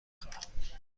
خواهم